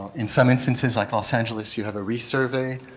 in some instances like los angeles you have a resurvey,